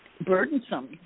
burdensome